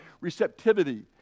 receptivity